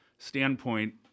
Standpoint